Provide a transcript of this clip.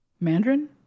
mandarin